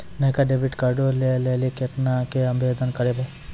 नयका डेबिट कार्डो लै लेली केना के आवेदन करबै?